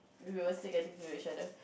we will still getting to each other